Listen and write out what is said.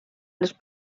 les